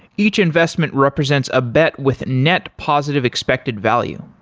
each investment represents a bet with net positive expected value.